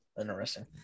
Interesting